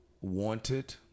wanted